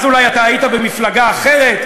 אז אולי אתה היית במפלגה אחרת,